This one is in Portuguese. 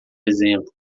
exemplo